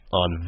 on